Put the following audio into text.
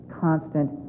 constant